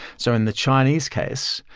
so in the chinese case,